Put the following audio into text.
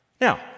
now